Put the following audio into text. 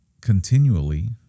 continually